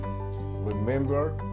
Remember